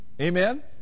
Amen